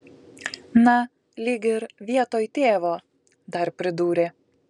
na lyg ir vietoj tėvo dar pridūrė